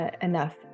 enough